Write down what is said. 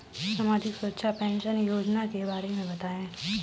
सामाजिक सुरक्षा पेंशन योजना के बारे में बताएँ?